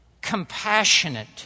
compassionate